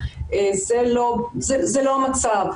זה לא המצב.